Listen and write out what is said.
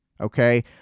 Okay